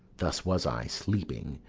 thus was i, sleeping,